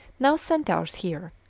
no centaurs here,